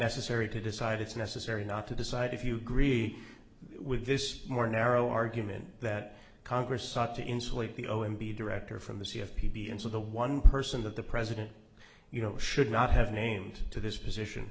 necessary to decide it's necessary not to decide if you greedy with this more narrow argument that congress sought to insulate the o m b director from the c f p be and so the one person that the president you know should not have named to this position